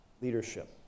leadership